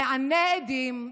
נענה עדים,